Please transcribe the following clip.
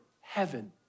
heaven